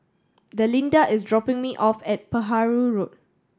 Delinda is dropping me off at Perahu Road